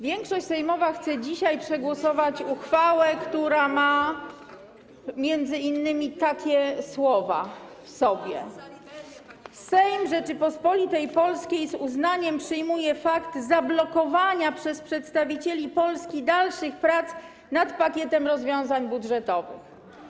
Większość sejmowa chce dzisiaj przegłosować uchwałę, która ma m.in. takie słowa: Sejm Rzeczypospolitej Polskiej z uznaniem przyjmuje fakt zablokowania przez przedstawicieli Polski dalszych prac nad pakietem rozwiązań budżetowych.